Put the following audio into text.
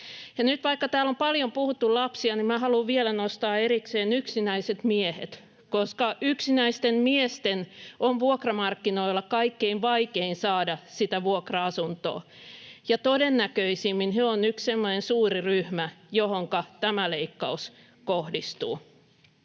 Täällä on nyt paljon puhuttu lapsista, mutta minä haluan nostaa vielä erikseen yksinäiset miehet. Yksinäisten miesten on vuokramarkkinoilla kaikkein vaikein saada sitä vuokra-asuntoa, ja todennäköisimmin he ovat yksi semmoinen suuri ryhmä, johonka tämä leik-kaus kohdistuu.